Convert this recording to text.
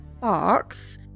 box